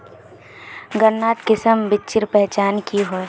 गन्नात किसम बिच्चिर पहचान की होय?